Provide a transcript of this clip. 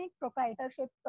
proprietorship